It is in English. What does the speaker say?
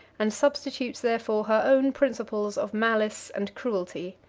and substitutes therefor her own principles of malice and cruelty.